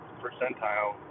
percentile